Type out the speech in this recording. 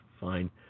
fine